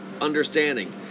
understanding